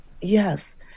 Yes